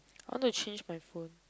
I want to change my phone